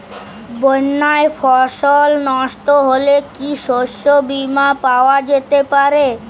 বন্যায় ফসল নস্ট হলে কি শস্য বীমা পাওয়া যেতে পারে?